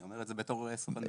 אני אומר את זה בתור סוכן ביטוח.